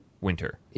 winter